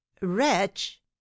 wretch